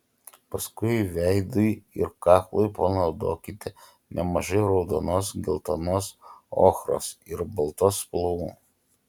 paskui veidui ir kaklui panaudokite nemažai raudonos geltonos ochros ir baltos spalvų